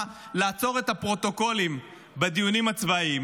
לעצור את הפרוטוקולים בדיונים הצבאיים.